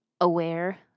aware